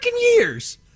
years